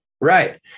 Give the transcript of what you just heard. Right